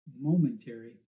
momentary